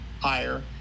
higher